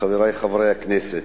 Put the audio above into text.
חברי חברי הכנסת,